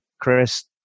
Chris